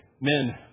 Men